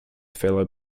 fellow